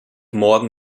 morgen